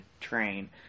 train